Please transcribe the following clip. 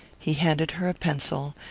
he handed her a pencil,